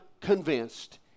convinced